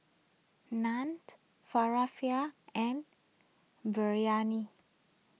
Naan Falafel and Biryani